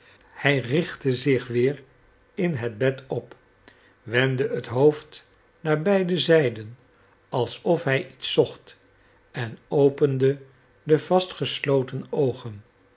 hij richtte zich weer in het bed op wendde het hoofd naar beide zijden alsof hij iets zocht en opende de vastgesloten oogen